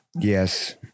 Yes